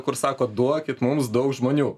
kur sako duokit mums daug žmonių